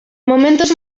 momentos